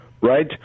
right